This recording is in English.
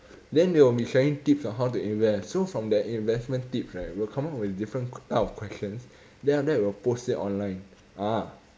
then we will be sharing tips on how to invest so from that investment tips right we will come up with different type of questions then after that we will post it online ah